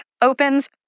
opens